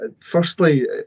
Firstly